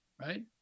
right